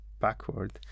backward